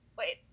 Wait